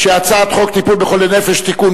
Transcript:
ההצעה להעביר את הצעת חוק טיפול בחולי נפש (תיקון,